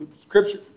scripture